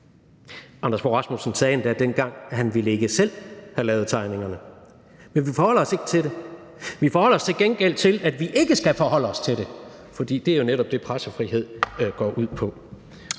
Anders Fogh Rasmussen sagde endda dengang, at han ikke selv ville have lavet tegningerne, men vi forholdt os ikke til det – men vi forholder os til gengæld til, at vi ikke skal forholde os til det, for det er jo netop det, pressefrihed går ud på.